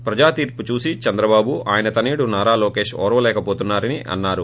ప్రజాతీర్పు చూసి చంద్రబాబు ఆయన తనయుడు నారా లోకేష్ ఓర్వలేక పోతున్నారని అన్నారు